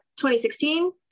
2016